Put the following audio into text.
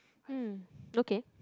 uh okay